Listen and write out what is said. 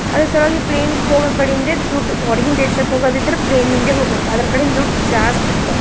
ಅದ್ರ ಸಲುವಾಗಿ ಪ್ಲೇನ್ಕ್ಕೋಗಕಡೆಯಿಂದಿದ್ದ ದುಡ್ಡು ಹೊರ್ಗಿನ ದೇಶಕ್ಕೆ ಹೋಗೋದಿದ್ದರೆ ಪ್ಲೇನಿಂದೆ ಹೋಗಬೇಕು ಅದ್ರ ಕಡೆಯಿಂದ ದುಡ್ಡು ಜಾಸ್ತಿ ಹತ್ತವು